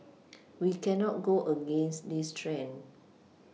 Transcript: we cannot go against this trend